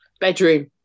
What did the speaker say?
Bedroom